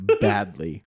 badly